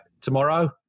tomorrow